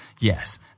yes